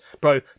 Bro